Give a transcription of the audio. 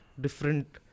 different